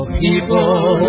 people